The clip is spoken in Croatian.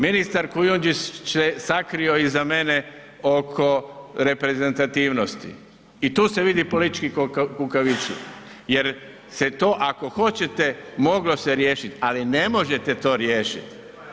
Ministar Kujundžić se sakrio iza mene oko reprezentativnosti i tu se vidi politički kukavičluk jer se to ako hoćete moglo se riješiti, ali ne možete to riješiti.